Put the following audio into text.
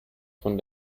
von